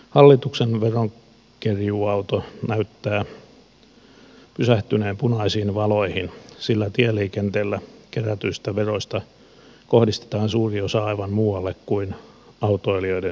hallituksen veronkerjuuauto näyttää pysähtyneen punaisiin valoihin sillä tieliikenteellä kerätyistä veroista kohdistetaan suuri osa aivan muualle kuin autoilijoiden hyväksi